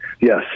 Yes